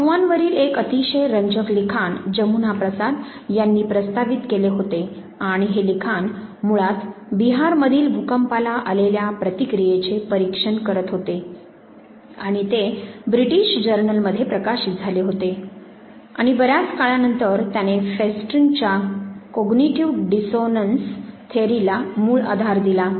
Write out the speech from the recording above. अफवांवरील एक अतिशय रंजक लिखाण जमुना प्रसाद यांनी प्रस्तावित केले होते आणि हे लिखाण मुळात बिहारमधील भूकंपाला आलेल्या प्रतिक्रियेचे परीक्षण करीत होते आणि ते ब्रिटीश जर्नलमध्ये प्रकाशित झाले होते आणि बर्याच काळानंतर त्याने फेस्टिंगरच्या कोग्निटीव्ह डिस्सोनन्स थेअरी'ला Festingers cognitive dissonance theory मुळ आधार दिला